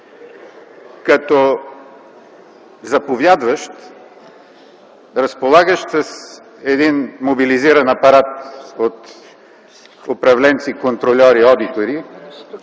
като заповядващ, разполагащ с мобилизиран апарат от управленски контрольори – одитори,